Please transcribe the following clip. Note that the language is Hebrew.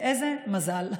ואיזה מזל.